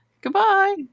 Goodbye